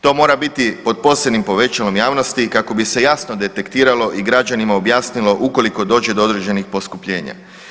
To mora biti pod posebnim povećalom javnosti kako bi se jasno detektiralo i građanima objasnilo ukoliko dođe do određenih poskupljenja.